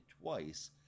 twice